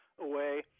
away